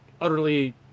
utterly